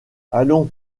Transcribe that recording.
allons